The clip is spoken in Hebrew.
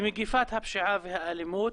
למגפת הפשיעה והאלימות.